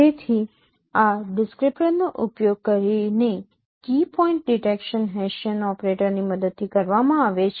તેથી આ ડિસ્ક્રિપ્ટર નો ઉપયોગ કરીને કી પોઈન્ટ ડિટેક્શન હેસિયન ઓપરેટરની મદદથી કરવામાં આવે છે